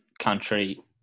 country